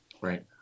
Right